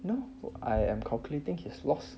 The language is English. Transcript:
you know I am calculating his loss